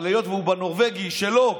אבל היות שהוא בנורבגי שלו,